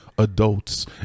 adults